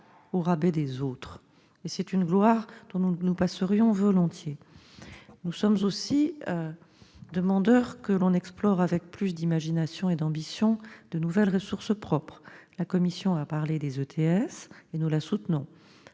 au rabais des autres. C'est une gloire dont nous nous passerions volontiers. Nous demandons aussi que l'on explore avec plus d'imagination et d'ambition de nouvelles ressources propres. La Commission a parlé de l'ETS, et nous la soutenons